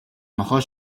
нохой